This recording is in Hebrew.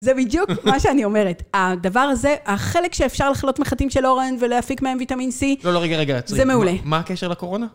זה בדיוק מה שאני אומרת. הדבר הזה, החלק שאפשר לחלוט מחטים של אורן ולהפיק מהם ויטמין C... לא, לא, רגע, רגע, עצרי. זה מעולה. מה הקשר לקורונה?